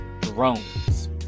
drones